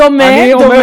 דומה, דומה.